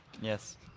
Yes